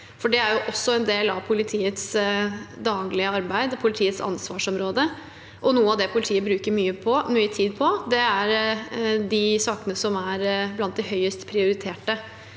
Det er også en del av politiets daglige arbeid og deres ansvarsområde, og noe av det politiet bruker mye tid på, er de sakene som er blant de høyest prioriterte.